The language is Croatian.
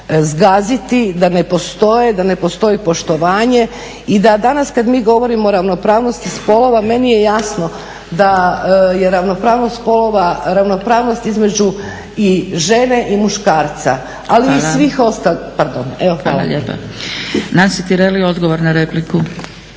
da ne postoje, da ne postoji poštovanje i da danas kad mi govorimo o ravnopravnosti spolova meni je jasno da je ravnopravnost spolova ravnopravnost između i žene i muškarca ali i svih ostalih. **Zgrebec, Dragica (SDP)** Hvala lijepa. Nansi Tireli, odgovor na repliku.